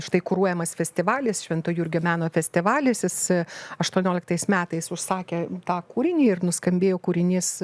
štai kuruojamas festivalis švento jurgio meno festivalis jis aštuonioliktais metais užsakė tą kūrinį ir nuskambėjo kūrinys